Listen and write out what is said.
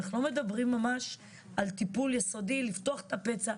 אנחנו לא מדברים ממש על טיפול יסודי לפתוח את הפצע,